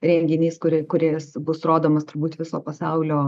renginys kuri kuris bus rodomas turbūt viso pasaulio